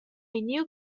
new